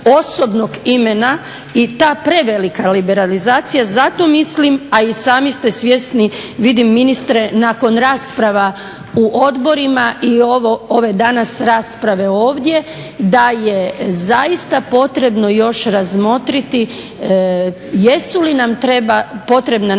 osobnog imena i ta prevelika liberalizacija. Zato mislim a i sami ste svjesni vidim ministre nakon rasprava u odborima i ove danas rasprave ovdje, da je zaista još potrebno razmotriti jesu li na potrebna neka